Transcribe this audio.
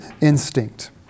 instinct